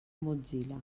mozilla